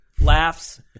laughs